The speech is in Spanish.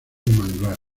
manglares